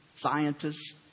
scientists